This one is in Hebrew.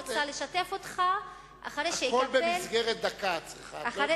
ואני רוצה לשתף אותך אחרי שאקבל את התשובה.